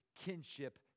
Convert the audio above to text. kinship